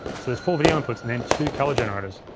so there's four video inputs and then two color generators.